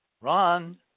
Ron